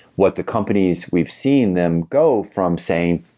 what the companies we've seen them go from saying,